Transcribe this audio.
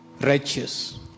righteous